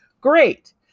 great